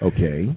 Okay